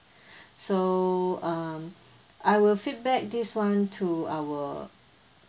so um I will feedback this one to our